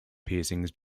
piercings